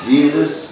Jesus